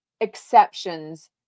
exceptions